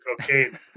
cocaine